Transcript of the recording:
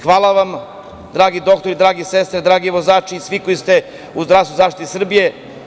Hvala vam, dragi doktori, drage sestre, dragi vozači, svi koji ste u zdravstvenoj zaštiti Srbije.